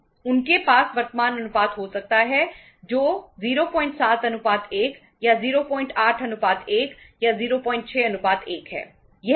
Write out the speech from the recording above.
उनके पास वर्तमान अनुपात हो सकता है जो 07 1 या 08 1 या 06 1 है